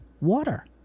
water